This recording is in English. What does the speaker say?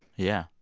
yeah.